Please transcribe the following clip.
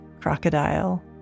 crocodile